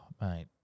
mate